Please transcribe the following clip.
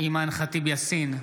אימאן ח'טיב יאסין,